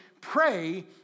pray